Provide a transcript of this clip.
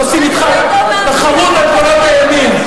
שעושים אתך תחרות על קולות הימין.